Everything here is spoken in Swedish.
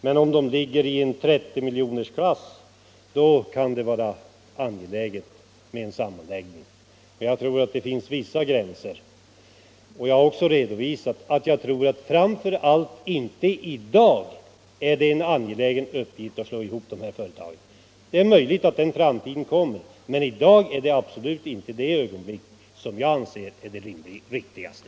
Men om de ligger i 30-miljonersklassen kan det vara angeläget med en sammanläggning. Jag tror att det finns vissa gränser. Jag har också redovisat att jag tror att det framför allt inte i dag är en angelägen uppgift att slå ihop de här företagen. Det är möjligt att det blir det i framtiden, men för ögonblicket är detta absolut inte det riktigaste.